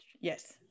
Yes